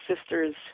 sister's